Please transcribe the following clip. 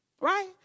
right